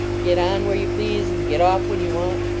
get on where you please and get off when you want.